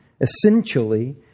essentially